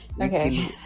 okay